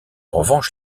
revanche